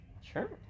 Sure